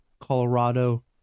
Colorado